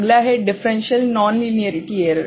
अगला है differential non linearity error